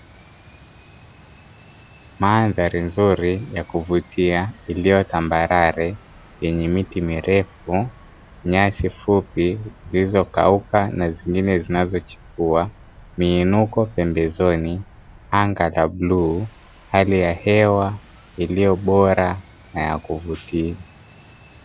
Mandhari nzuri ya kuvutia iliyo tambarare, yenye miti mirefu, nyasi fupi zilizokauka na zingine zinazochipua, miinuko pembezoni, anga la bluu, hali ya hewa iliyo bora na ya kuvutia.